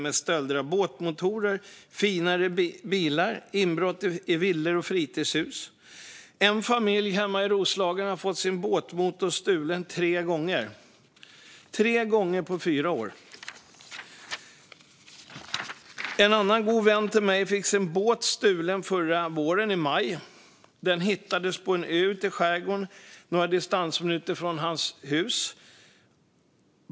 De begår stölder av båtmotorer och finare bilar och gör inbrott i villor och fritidshus. En familj hemma i Roslagen har fått sin båtmotor stulen tre gånger på fyra år. En god vän till mig fick sin båt stulen i maj förra våren. Den hittades på en ö ute i skärgården några distansminuter från hans hus.